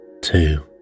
two